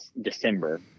December